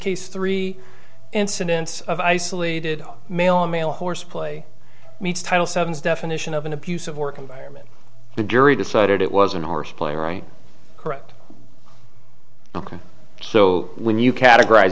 case three incidents of isolated male male horseplay meets title seven is definition of an abusive work environment the jury decided it wasn't horseplay right correct ok so when you categorize